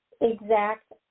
exact